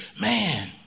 man